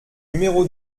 numéro